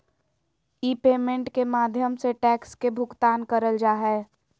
ई payment के माध्यम से टैक्स के भुगतान करल जा हय